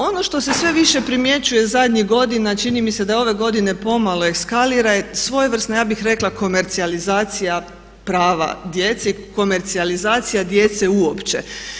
Ono što se sve više primjećuje zadnjih godina čini mi se da je ove godine pomalo eskalira je svojevrsna ja bih rekla komercijalizacija prava djece i komercijalizacija djece uopće.